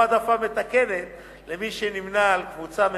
או העדפה מתקנת למי שנמנה עם קבוצה מסוימת,